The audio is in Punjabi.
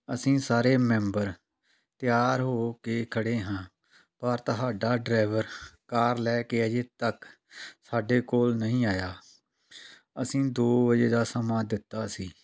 ਅਸੀਂ ਸਾਰੇ ਮੈਂਬਰ ਤਿਆਰ ਹੋ ਕੇ ਖੜ੍ਹੇ ਹਾਂ ਪਰ ਤੁਹਾਡਾ ਡਰਾਈਵਰ ਕਾਰ ਲੈ ਕੇ ਅਜੇ ਤੱਕ ਸਾਡੇ ਕੋਲ ਨਹੀਂ ਆਇਆ ਅਸੀਂ ਦੋ ਵਜੇ ਦਾ ਸਮਾਂ ਦਿੱਤਾ ਸੀ